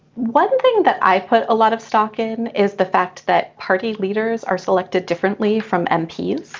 one thing that i put a lot of stock in is the fact that party leaders are selected differently from mpd.